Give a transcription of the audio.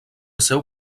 seu